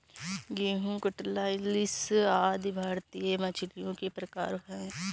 रोहू, कटला, इलिस आदि भारतीय मछलियों के प्रकार है